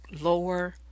lower